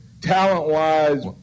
Talent-wise